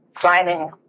signing